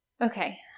Okay